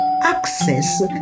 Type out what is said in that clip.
access